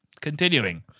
Continuing